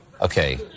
Okay